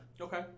Okay